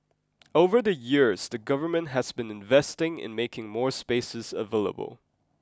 over the years the government has been investing in making more spaces available